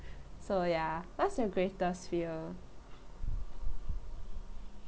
so ya what's your greatest fear